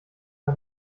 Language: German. der